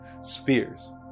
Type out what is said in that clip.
spheres